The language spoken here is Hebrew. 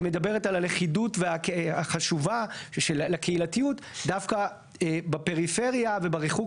שמדבר על הלכידות החשובה לקהילתיות דווקא בפריפריה ובריחוק